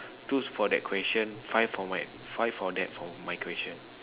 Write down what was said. two is for that question five of my five of that for my question